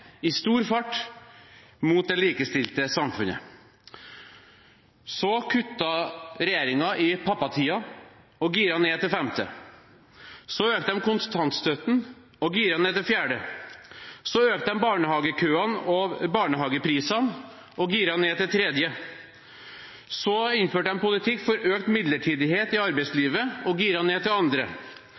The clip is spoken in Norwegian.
i stor fart mot det likestilte samfunnet. Så kuttet regjeringen i pappatiden og giret ned til femte. Så økte de kontantstøtten og giret ned til fjerde. Så økte de barnehagekøene og barnehageprisene og giret ned til tredje. Så innførte de politikk for økt midlertidighet i arbeidslivet og giret ned til andre.